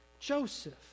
Joseph